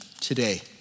today